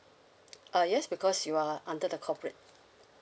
uh yes because you are under the corporate